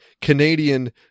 Canadian